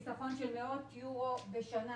יש חיסכון של מאות יורו בשנה